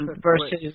versus